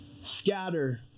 scatter